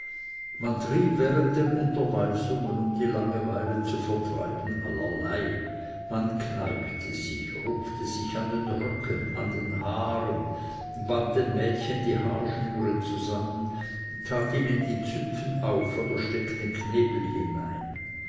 man trieb während den unterweisungen um die langeweile zu vertreiben allerlei man kneipte sich rupfte sich an den röcken an den haaren band den mädchen die haarschnüre zusammen tat ihnen die züpfen auf oder steckte knebel hinein